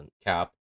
Cap